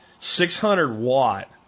600-watt